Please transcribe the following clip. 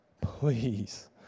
Please